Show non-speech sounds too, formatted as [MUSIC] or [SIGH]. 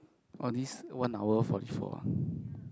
all these one hour forty four [BREATH]